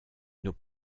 nos